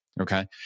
okay